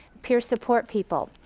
peer support people,